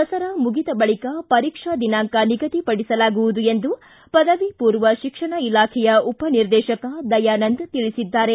ದಸರಾ ಮುಗಿದ ಬಳಕ ಪರೀಕ್ಷಾ ದಿನಾಂಕ ನಿಗದಿಪಡಿಸಲಾಗುವುದು ಎಂದು ಪದವಿ ಪೂರ್ವ ಶಿಕ್ಷಣ ಇಲಾಖೆಯ ಉಪನಿರ್ದೇಶಕ ದಯಾನಂದ ತಿಳಿಸಿದ್ದಾರೆ